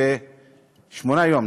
זה 38 יום,